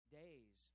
days